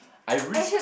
I risk